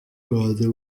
rwanda